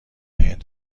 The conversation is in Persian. هند